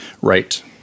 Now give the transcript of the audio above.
right